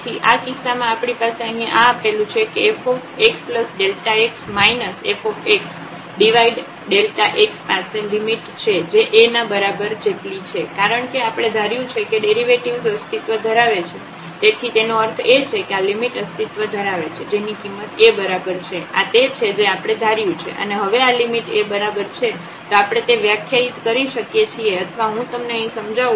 તેથી આ કિસ્સામાં આપણી પાસે અહીં આ આપેલું છે કે fxΔx fx ડિવાઇડ x પાસે લિમિટ છે જે A ના બરાબર જેટલી છે કારણકે આપણે ધાર્યું છે કે ડેરિવેટિવ્ઝ અસ્તિત્વ ધરાવે છે તેથી તેનો અર્થ એ છે કે આ લિમિટ અસ્તિત્વ ધરાવે છે જેની કિંમત A બરાબર છે આ તે છે જે આપણે ધાર્યું છે અને હવે આ લિમિટ A બરાબર છે તો આપણે તે વ્યાખ્યાયિત કરી શકીએ છીએ અથવા હું તમને અહીં સમજાવું છું